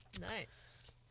Nice